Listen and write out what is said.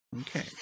Okay